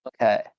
Okay